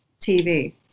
TV